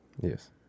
yes